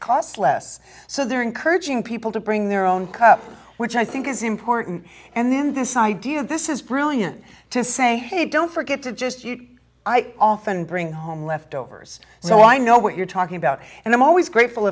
cost less so they're encouraging people to bring their own cup which i think is important and then this idea of this is brilliant to say hey don't forget to just you know i often bring home leftovers so i know what you're talking about and i'm always grateful